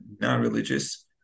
non-religious